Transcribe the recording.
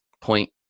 point